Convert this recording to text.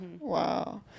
Wow